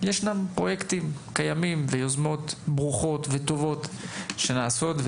ישנם פרויקטים קיימים ויוזמות ברוכות וטובות שנעשות,